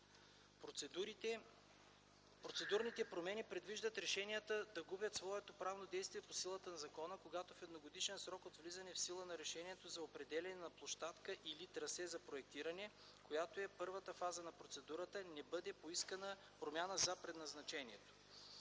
Процедурните промени предвиждат решенията да губят своето правно действие по силата на закона, когато в едногодишен срок от влизането в сила на решението за определяне на площадка или трасе за проектиране, която е първата фаза при процедурата, не бъде поискана промяна за предназначението.